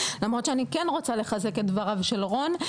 למרות שאני כן רוצה לחזק את דבריו של רון.